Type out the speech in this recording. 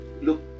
look